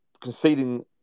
conceding